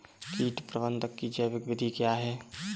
कीट प्रबंधक की जैविक विधि क्या है?